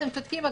אם תסכים,